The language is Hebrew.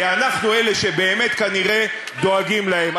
כי אנחנו אלה שבאמת כנראה דואגים להם,